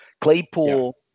Claypool